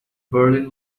berlin